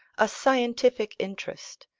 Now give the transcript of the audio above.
a scientific interest,